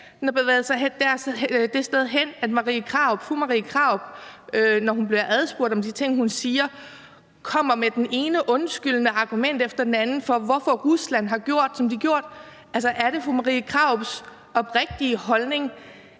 det sted hen, at fru Marie Krarup, når hun bliver spurgt om de ting, hun siger, kommer med det ene undskyldende argument efter det andet for, hvorfor Rusland har gjort, som de har gjort. Altså, er det fru Marie Krarups oprigtige holdning,